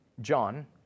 John